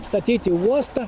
statyti uostą